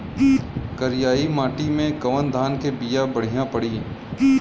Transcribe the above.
करियाई माटी मे कवन धान के बिया बढ़ियां पड़ी?